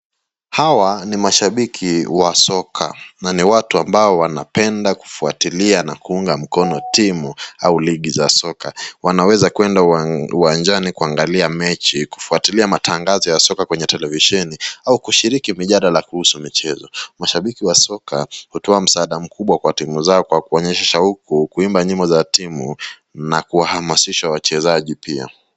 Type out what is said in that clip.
Hawa ni mashabiki wa soka na ni watu ambao wanapenda kufuatilia na kuunga mkono timu au ligi za soka wanaweza kuenda uwanjani kuangalia mechi, kufuatilia matangazo ya soka kwenye televisheni au kushiriki mijadala ya kuhusu michezo mashabiki wa soka hutoa msaada mkubwa kwa timu zao kwakuonyesha shauku kuimba nyimbo za timu na kuhamasisha wachezaji pia.